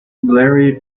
larry